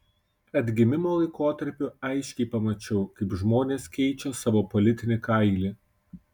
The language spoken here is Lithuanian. atgimimo laikotarpiu aiškiai pamačiau kaip žmonės keičia savo politinį kailį